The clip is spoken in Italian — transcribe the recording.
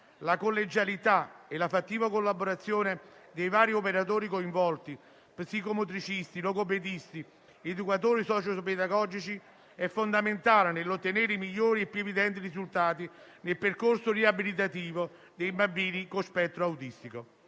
la collegialità e la fattiva collaborazione dei vari operatori coinvolti - psicomotricisti, logopedisti, educatori socio-pedagogici - è fondamentale nell'ottenere i migliori e più evidenti risultati nel percorso riabilitativo dei bambini con spettro autistico.